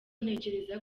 ntekereza